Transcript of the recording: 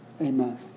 amen